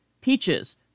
Peaches